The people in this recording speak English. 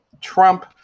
Trump